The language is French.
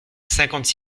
cinquante